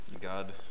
God